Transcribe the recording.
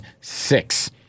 six